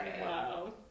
Wow